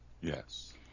Yes